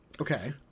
Okay